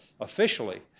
officially